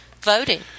voting